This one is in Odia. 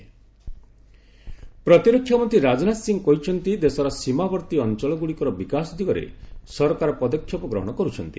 ବିଆର୍ଓ ପ୍ରତିରକ୍ଷାମନ୍ତ୍ରୀ ରାଜନାଥ ସିଂ କହିଛନ୍ତି ଦେଶର ସୀମାବର୍ତ୍ତୀ ଅଞ୍ଚଳଗୁଡ଼ିକର ବିକାଶ ଦିଗରେ ସରକାର ପଦକ୍ଷେପ ଗ୍ରହଣ କରୁଛନ୍ତି